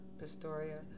Pistoria